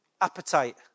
appetite